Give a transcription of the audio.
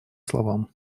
словам